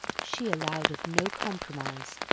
she allowed of no compromise.